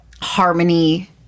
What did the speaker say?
harmony-